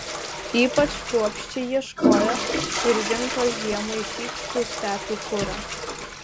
ypač kruopščiai ieškojo ir rinko žiemai šykštų stepių kurą